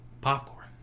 Popcorn